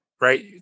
right